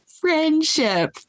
friendship